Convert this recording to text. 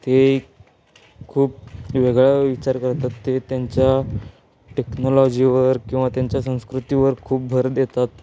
ते खूप वेगळा विचार करतात ते त्यांच्या टेक्नॉलॉजीवर किंवा त्यांच्या संस्कृतीवर खूप भर देतात